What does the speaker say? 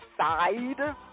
Side